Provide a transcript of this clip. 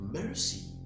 mercy